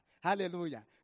Hallelujah